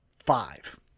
Five